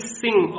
sing